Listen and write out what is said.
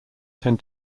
tend